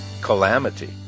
calamity